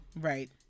Right